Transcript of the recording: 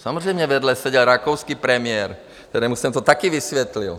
Samozřejmě, vedle seděl rakouský premiér, kterému jsem to také vysvětlil.